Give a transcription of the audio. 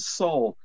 soul